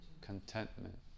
Contentment